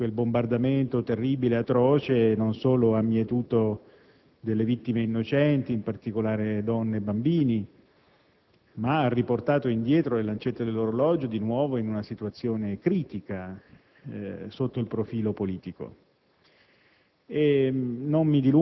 Quel bombardamento terribile ed atroce non solo ha mietuto delle vittime innocenti, in particolare donne e bambini, ma ha riportato indietro le lancette dell'orologio in una situazione critica, sotto il profilo politico.